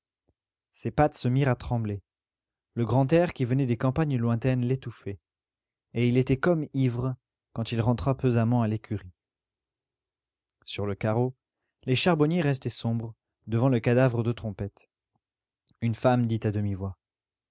pattes se mirent à trembler le grand air qui venait des campagnes lointaines l'étouffait et il était comme ivre quand il rentra pesamment à l'écurie sur le carreau les charbonniers restaient sombres devant le cadavre de trompette une femme dit à